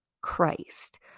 Christ